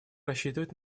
рассчитывать